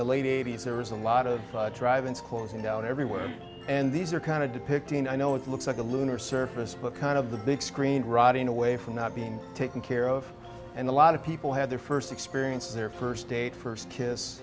the late eighty's there was a lot of driving schools you know everywhere and these are kind of depicting i know it looks like the lunar surface but kind of the big screen rotting away from not being taken care of and a lot of people have their first experience their first date first kiss